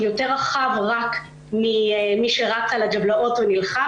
יותר רחב רק ממי שרץ על הג'בלאות ונלחם,